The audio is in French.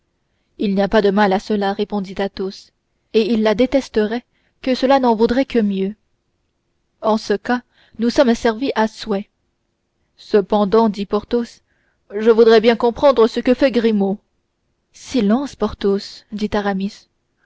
il n'y a pas de mal à cela répondit athos et il la détesterait que cela n'en vaudrait que mieux en ce cas nous sommes servis à souhait cependant dit porthos je voudrais bien comprendre ce que fait grimaud silence porthos dit